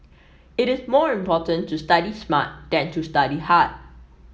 it is more important to study smart than to study hard